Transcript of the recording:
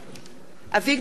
אביגדור ליברמן,